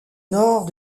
nord